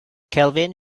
kelvin